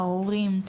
ההורים,